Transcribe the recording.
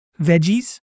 Veggies